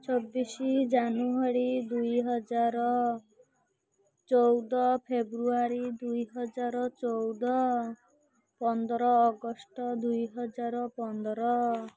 ଛବିଶ ଜାନୁଆରୀ ଦୁଇହଜାର ଚଉଦ ଫେବୃଆରୀ ଦୁଇହଜାର ଚଉଦ ପନ୍ଦର ଅଗଷ୍ଟ ଦୁଇହଜାର ପନ୍ଦର